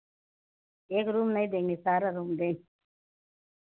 एक रूम नहीं देंगे सारा रूम देंगे